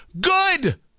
Good